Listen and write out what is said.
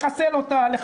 לחסל אותה,